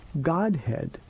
Godhead